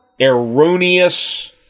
erroneous